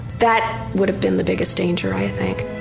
that would have been the biggest danger i think.